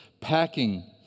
packing